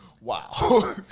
Wow